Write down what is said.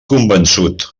convençut